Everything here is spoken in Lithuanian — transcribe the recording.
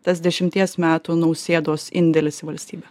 tas dešimties metų nausėdos indėlis į valstybę